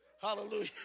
Hallelujah